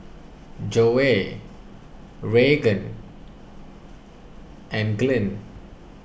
Joey Raegan and Glynn